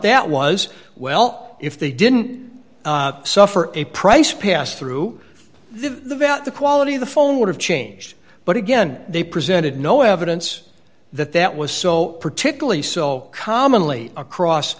that was well if they didn't suffer a price pass through the vet the quality of the phone would have changed but again they presented no evidence that that was so particularly so commonly across